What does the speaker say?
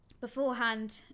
beforehand